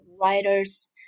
writers